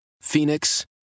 Phoenix